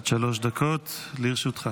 עד שלוש דקות לרשותך.